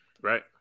Right